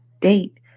date